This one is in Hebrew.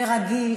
ורגיש,